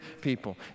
people